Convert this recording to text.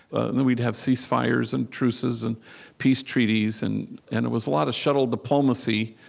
and then we'd have ceasefires and truces and peace treaties. and and it was a lot of shuttle diplomacy,